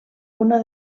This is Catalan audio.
una